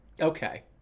Okay